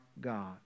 God